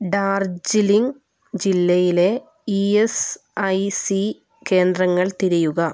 ഡാർജിലിംഗ് ജില്ലയിലേ E S I C കേന്ദ്രങ്ങൾ തിരയുക